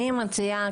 אני מציעה,